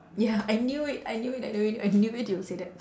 ya I knew it I knew it I knew it I knew it you will say that